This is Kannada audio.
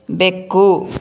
ಬೆಕ್ಕು